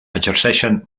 exerceixen